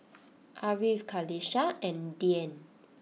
Ariff Qalisha and Dian